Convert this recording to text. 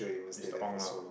Mr-Ong lah